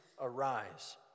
arise